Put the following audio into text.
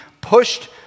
pushed